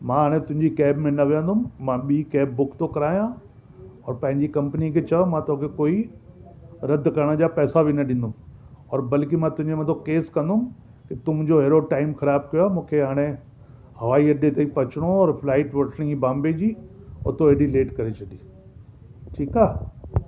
मां हाणे तुंहिंजी कैब में न वेहंदुमि मां ॿी कैब बुक थो करायां और पंहिंजी कम्पनी खे चओ मां तोखे कोई रद्द करण जा पैसा बि न ॾींदुमि और बल्कि मां तुंहिंजे मथहों केस कंदुमि त तूं मुंहिंजो हेड़ो टाइम ख़राबु कयो मूंखे हाणे हवाई अड्डे ते पहुचणो हो और फ्लाइट वठणी हुई बॉम्बे जी और थो एॾी लेट करे छॾी ठीकु आहे